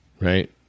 right